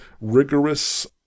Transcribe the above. rigorous